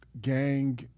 gang